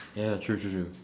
ya ya true true true